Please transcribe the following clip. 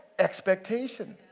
expectation.